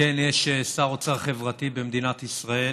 כן, יש שר אוצר חברתי במדינת ישראל,